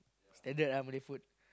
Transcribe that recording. standard ah Malay food